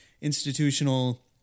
institutional